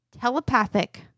telepathic